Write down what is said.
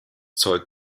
zeug